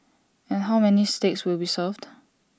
and how many steaks will be served